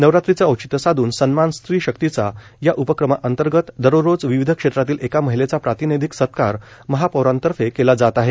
नवरात्रीचं औचित्य साधून सन्मान स्त्री शक्तीचा या उपक्रमांतर्गत दररोज विविध क्षेत्रातील एका महिलेचा प्रातिनिधिक सत्कार महापौरातर्फे केला जात आहे